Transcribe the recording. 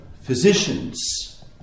physicians